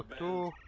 to